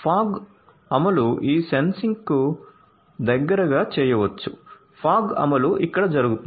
fog అమలు ఈ సెన్సింగ్కు దగ్గరగా చేయవచ్చు ఫాగ్ అమలు ఇక్కడ జరుగుతుంది